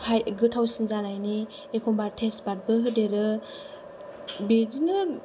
गोथावसिन जानायनि एखमब्ला थेसपातबो होदेरो बिदिनो